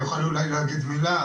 ארוכות על זה,